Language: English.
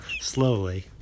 Slowly